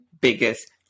biggest